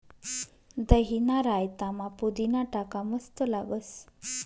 दहीना रायतामा पुदीना टाका मस्त लागस